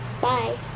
Bye